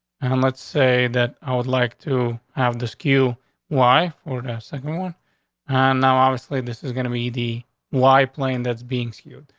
and let's say that i would like to have the skew wife or the second one on. and now, obviously, this is gonna be the y plane that's being skewed.